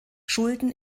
schulden